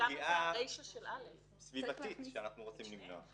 כאן זו איזושהי פגיעה סביבתית שאנחנו רוצים למנוע.